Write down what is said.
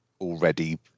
Already